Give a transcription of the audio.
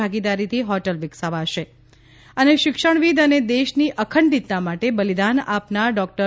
ભાગીદારીથી હોટલ વિકસાવાશે શિક્ષણવિદ્ અને દેશની અખંડિતતા માટે બલિદાન આપનાર ડોક્ટર